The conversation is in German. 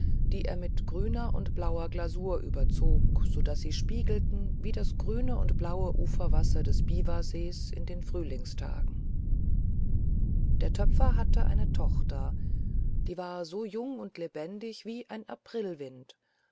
die er mit grüner und blauer glasur überzog so daß sie spiegelten wie das grüne und blaue uferwasser des biwasees in den frühlingstagen der töpfer hatte eine tochter die war so jung und lebendig wie ein